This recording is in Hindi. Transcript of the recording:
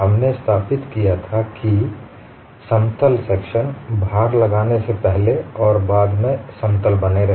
हमने स्थापित किया था कि समतल सेक्शनभार लगाने से पहले और बाद में समतल बने रहे